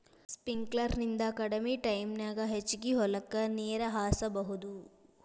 sprinkler ನಿಂದ ಕಡಮಿ ಟೈಮನ್ಯಾಗ ಹೆಚಗಿ ಹೊಲಕ್ಕ ನೇರ ಹಾಸಬಹುದು